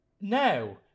No